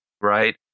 right